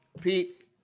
Pete